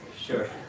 Sure